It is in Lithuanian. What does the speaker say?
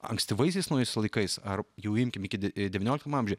ankstyvaisiais naujaisiais laikais ar jau imkim iki devynioliktame amžiuje